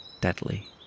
Deadly